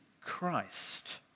Christ